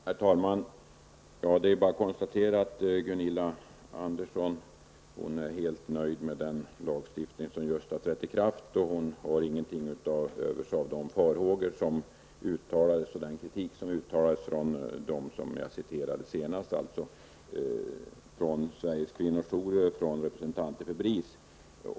Herr talman! Jag konstaterar att Gunilla Andersson är helt nöjd med den lagstiftning som just har trätt i kraft. Hon har ingenting till övers för de farhågor och den kritik som uttalats av bl.a. dem som jag citerade, dvs. Sveriges kvinnojourer och representanter från BRIS.